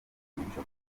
umugisha